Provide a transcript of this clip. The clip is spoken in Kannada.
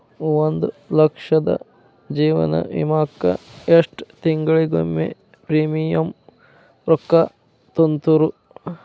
ಒಂದ್ ಲಕ್ಷದ ಜೇವನ ವಿಮಾಕ್ಕ ಎಷ್ಟ ತಿಂಗಳಿಗೊಮ್ಮೆ ಪ್ರೇಮಿಯಂ ರೊಕ್ಕಾ ತುಂತುರು?